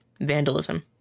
Vandalism